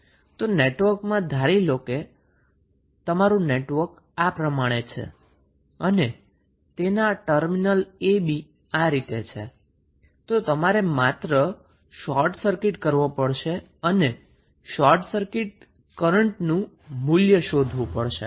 તો નેટવર્ક માં ધારી લો કે તમારું નેટવર્ક આ પ્રમાણે છે અને તેના ટર્મિનલ ab આ રીતે છે તો તમારે માત્ર શોર્ટ સર્કિટ કરવુ પડશે અને શોર્ટ સર્કિટ કરંટ નું મૂલ્ય શોધવું પડશે